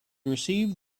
received